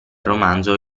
romanzo